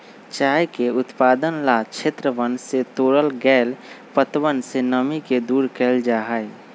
चाय के उत्पादन ला क्षेत्रवन से तोड़ल गैल पत्तवन से नमी के दूर कइल जाहई